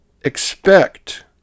expect